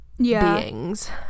beings